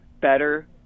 better